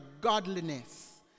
godliness